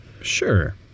Sure